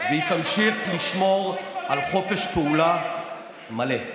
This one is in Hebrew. והיא תמשיך לשמור על חופש פעולה מלא.